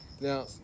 Now